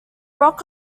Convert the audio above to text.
rock